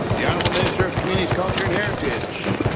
the honourable minister of communities, culture and heritage.